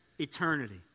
eternity